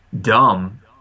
dumb